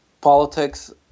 politics